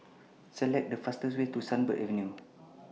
Select The fastest Way to Sunbird Avenue